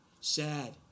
Sad